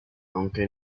aunque